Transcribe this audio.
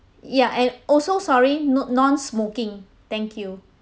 ya and also sorry no non-smoking thank you